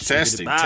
Testing